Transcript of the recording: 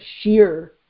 sheer